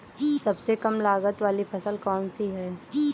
सबसे कम लागत वाली फसल कौन सी है?